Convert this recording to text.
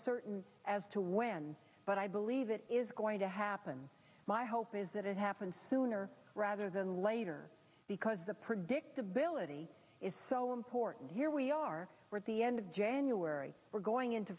certain as to when but i believe it is going to happen my hope is that it happens sooner rather than later because the predictability is so important here we are at the end of january we're going into